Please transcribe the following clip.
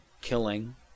killing